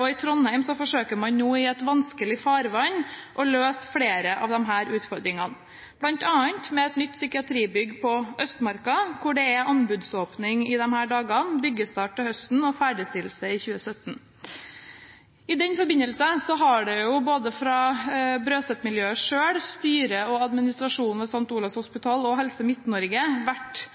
og i Trondheim forsøker man nå i et vanskelig farvann å løse flere av disse utfordringene, bl.a. med et nytt psykiatribygg på Østmarka, hvor det er anbudsåpning i disse dager, byggestart til høsten og ferdigstillelse i 2017. I den forbindelse har det fra både Brøset-miljøet selv, styret og administrasjonen ved St. Olavs hospital og Helse Midt-Norge – og ikke minst kommunen – vært